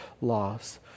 laws